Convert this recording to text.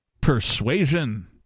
persuasion